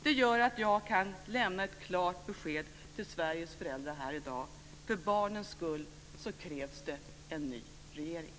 Det gör att jag kan lämna ett klart besked till Sveriges föräldrar här i dag: För barnens skull krävs en ny regering.